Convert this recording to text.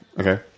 Okay